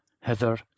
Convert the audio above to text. hither